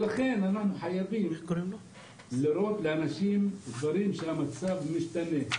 אנחנו חייבים להראות לאנשים שהמצב משתנה.